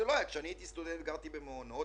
כשהייתי סטודנט גרתי במעונות